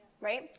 right